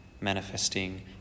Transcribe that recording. manifesting